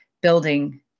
building